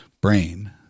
brain